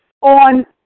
on